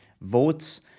votes